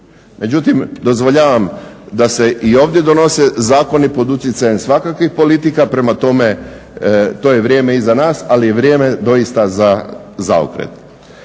Međutim, dozvoljavam da se i ovdje donose zakoni pod utjecajem svakakvih politika, prema tome to je vrijeme iza nas, ali je vrijeme doista za zaokret.